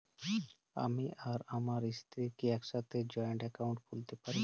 আমি আর আমার স্ত্রী কি একসাথে জয়েন্ট অ্যাকাউন্ট খুলতে পারি?